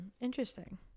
interesting